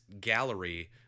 gallery